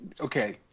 Okay